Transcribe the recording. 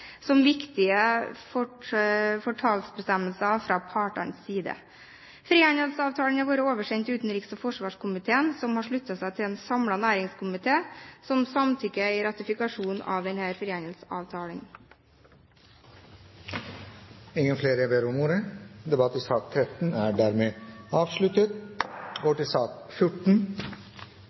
som viktige fortalebestemmelser fra partenes side. Næringskomiteens utkast til innstilling har vært oversendt utenriks- og forsvarskomiteen, som har sluttet seg til en samlet næringskomité, som samtykker i ratifikasjon av denne frihandelsavtalen. Flere har ikke bedt om ordet til sak